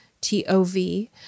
T-O-V